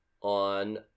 on